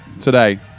today